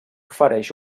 ofereix